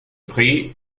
prix